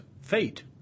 fate